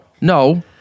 no